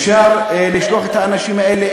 אפשר לשלוח את האנשים האלה,